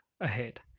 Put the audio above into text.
ahead